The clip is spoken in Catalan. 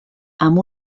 amb